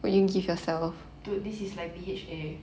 dude this is like B_H_A